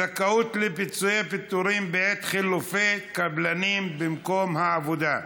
(זכאות לפיצויי פיטורים בעת חילופי קבלנים במקום העבודה).